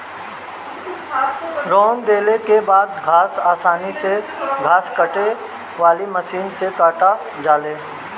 रौंद देले के बाद घास आसानी से घास काटे वाली मशीन से काटा जाले